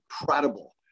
incredible